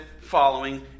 following